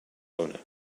owner